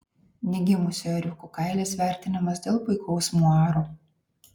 negimusių ėriukų kailis vertinamas dėl puikaus muaro